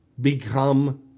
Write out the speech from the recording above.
become